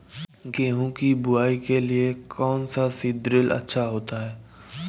गेहूँ की बुवाई के लिए कौन सा सीद्रिल अच्छा होता है?